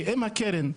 כי אם הקרן,